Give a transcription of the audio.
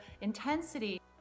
intensity